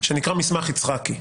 שנקרא "מסמך יצחקי".